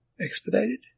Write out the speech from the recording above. Expedited